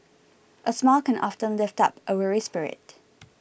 a smile can often lift up a weary spirit